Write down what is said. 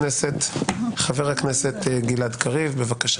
חבר הכנסת גלעד קריב, בבקשה.